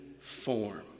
form